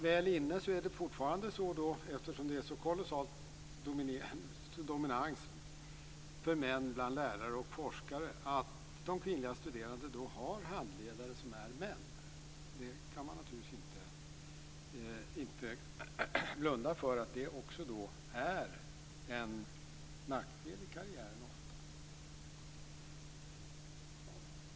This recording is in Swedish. Väl inne är det fortfarande så, eftersom det är en sådan kolossal dominans av manliga forskare och lärare, att kvinnliga studerande har handledare som är män. Man kan naturligtvis inte blunda för att detta ofta är en nackdel i karriären.